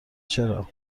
چرا